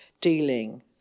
dealing